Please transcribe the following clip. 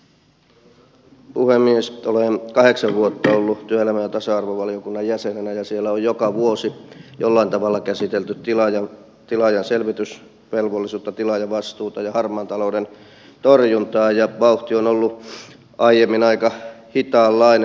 nyt olen kahdeksan vuotta ollut työelämä ja tasa arvovaliokunnan jäsenenä ja siellä on joka vuosi jollain tavalla käsitelty tilaajan selvitysvelvollisuutta tilaajavastuuta ja harmaan talouden torjuntaa ja vauhti on ollut aiemmin aika hitaanlainen